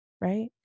right